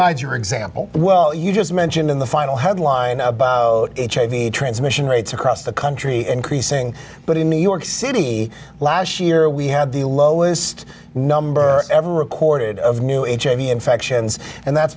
inside your example well you just mentioned in the final headline about hiv transmission rates across the country increasing but in new york city last year we had the lowest number ever recorded of new infections and that's